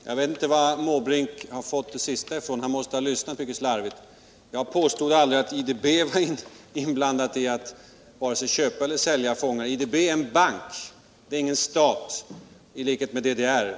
Herr talman! Jag vet inte varitrån Bertil Måbrink fätt det sista — han måste ha lyssnat mycket slarvigt. Jag påstod aldrig att IDB var inblandad tatt vare sig köpa eller sälja fångar. IDB är en bank — det är ingen stat i likhet med DDR,